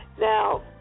now